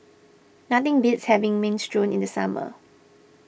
nothing beats having Minestrone in the summer